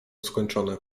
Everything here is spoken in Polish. skończone